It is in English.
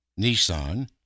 Nissan